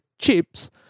chips